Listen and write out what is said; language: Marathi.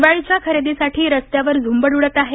दिवाळीच्या खरेदीसाठी रस्त्यावर झुंबड उडत आहे